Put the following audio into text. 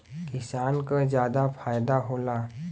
किसान क जादा फायदा होला